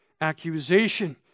Accusation